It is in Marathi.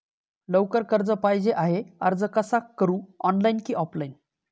लवकर कर्ज पाहिजे आहे अर्ज कसा करु ऑनलाइन कि ऑफलाइन?